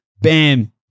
Bam